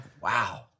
Wow